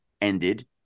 ended